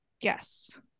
Yes